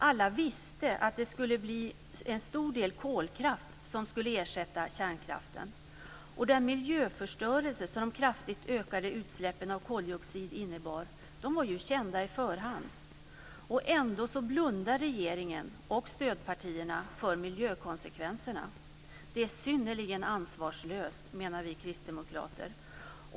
Alla visste att en stor del kolkraft skulle ersätta kärnkraften, och den miljöförstörelse som de kraftigt ökade utsläppen av koldioxid innebär var ju känd på förhand. Ändå blundar regeringen och stödpartierna för miljökonsekvenserna. Det är synnerligen ansvarslöst, menar vi kristdemokrater.